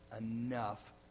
enough